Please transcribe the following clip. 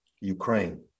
Ukraine